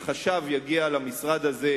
חשב יגיע למשרד הזה,